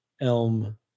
Elm